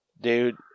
Dude